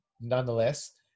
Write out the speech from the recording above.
nonetheless